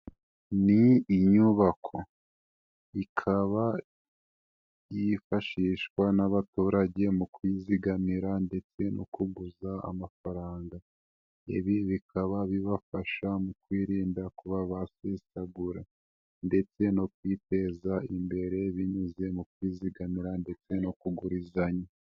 Ni inyubako, ikaba yifashishwa n'abaturage mu kwizigamira ndetse no kuguza amafaranga, ibi bikaba bibafasha mu kwirinda kuba basesagura ndetse no kwiteza imbere binyuze mu kwizigamira ndetse no kugurizanya.